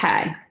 Okay